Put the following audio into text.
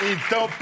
Então